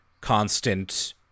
constant